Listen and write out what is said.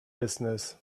business